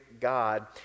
God